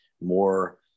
more